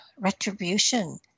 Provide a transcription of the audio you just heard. retribution